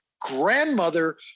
grandmother